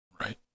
Right